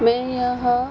मैं यह